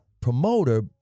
promoter